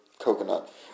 coconut